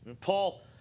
Paul